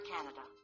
Canada